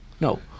No